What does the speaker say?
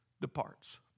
departs